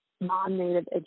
non-native